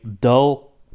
dull